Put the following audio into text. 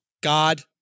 God